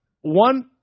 one